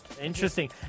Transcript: Interesting